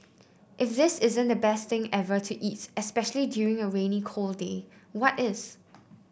if this isn't the best thing ever to eat especially during a rainy cold day what is